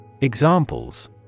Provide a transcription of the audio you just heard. Examples